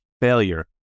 failure